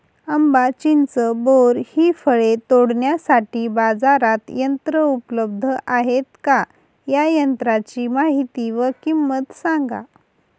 आंबा, चिंच, बोर हि फळे तोडण्यासाठी बाजारात यंत्र उपलब्ध आहेत का? या यंत्रांची माहिती व किंमत सांगा?